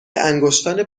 انگشتان